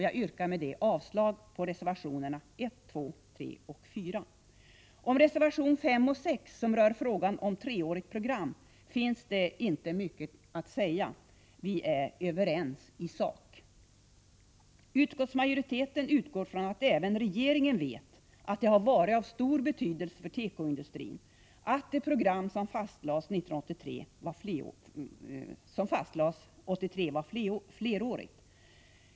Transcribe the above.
Jag yrkar avslag på reservationerna 144. Om reservationerna 5 och 6, som rör frågan om treårigt program för tekoindustrin, finns inte mycket att säga. Vi är överens i sak. Utskottsmajoriteten utgår från att även regeringen vet att det har varit av stor betydelse för tekoindustrin att det program som fastlades 1983 var flerårigt.